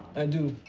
i do.